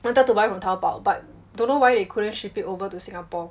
wanted to buy from Taobao but don't know why they couldn't ship it over to singapore